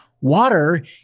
water